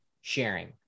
sharing